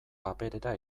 paperera